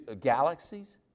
galaxies